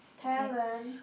talent